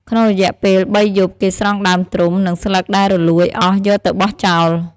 ក្នុងរយៈពេលបីយប់ គេស្រង់ដើមត្រុំ និងស្លឹកដែលរលួយអស់យកទៅបោះចោល។